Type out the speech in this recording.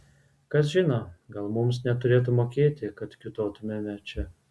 kas žino gal mums net turėtų mokėti kad kiūtotumėme čia